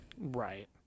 Right